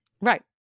right